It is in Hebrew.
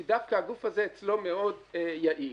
כי דווקא הזה אצלו מאוד יעיל.